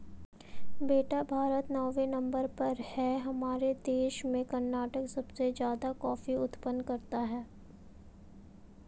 बेटा भारत नौवें नंबर पर है और हमारे देश में कर्नाटक सबसे ज्यादा कॉफी उत्पादन करता है